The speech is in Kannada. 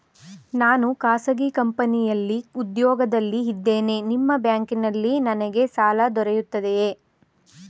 ನಾನು ಖಾಸಗಿ ಕಂಪನಿಯಲ್ಲಿ ಉದ್ಯೋಗದಲ್ಲಿ ಇದ್ದೇನೆ ನಿಮ್ಮ ಬ್ಯಾಂಕಿನಲ್ಲಿ ನನಗೆ ಸಾಲ ದೊರೆಯುತ್ತದೆಯೇ?